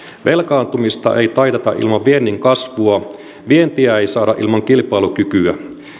velkaantumista ei taiteta ilman viennin kasvua vientiä ei saada ilman kilpailukykyä